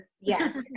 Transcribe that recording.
Yes